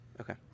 Okay